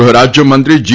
ગુહરાજ્ય મંત્રી જી